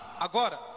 agora